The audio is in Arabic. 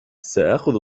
سآخذ